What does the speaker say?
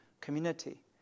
community